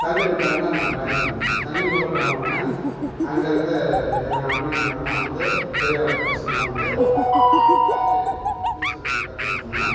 தள்ளி விட்டோன்னே நான் பயந்தேன் தண்ணிக்குள்ளே போன ஒடனே அங்கேருந்து எங்கள் அண்ணனுங்கள்லாம் வந்து தெரியாத பசங்கலாம் வந்து என்னை பிடிச்சி நீச்சல் அடிக்க கற்றுக் கொடுத்தாங்க